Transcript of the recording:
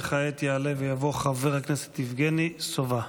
כעת יעלה ויבוא חבר הכנסת יבגני סובה.